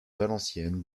valenciennes